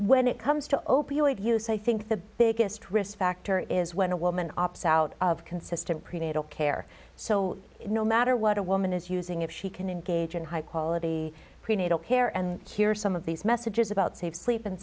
when it comes to opioid use i think the biggest risk factor is when a woman ops out of consistent prenatal care so no matter what a woman is using if she can engage in high quality prenatal care and cure some of these messages about safe sleep and